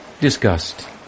Disgust